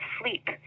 sleep